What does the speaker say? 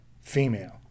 female